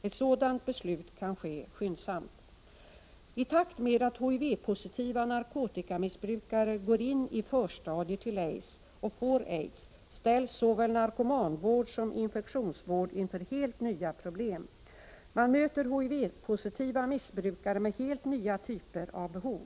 Ett sådant beslut kan ske skyndsamt. I takt med att HIV-positiva narkotikamissbrukare går in i förstadier till aids och får aids ställs såväl narkomanvård som infektionssjukvård inför helt nya problem. Man möter HIV-positiva missbrukare med helt nya typer av behov.